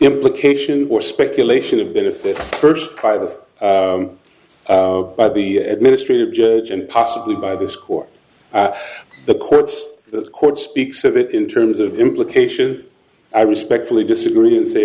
implication or speculation of benefit first private by the administrative judge and possibly by the score the courts the court speaks of it in terms of implication i respectfully disagree and say